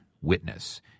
Witness